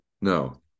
no